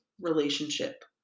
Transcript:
relationship